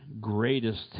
greatest